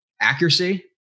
accuracy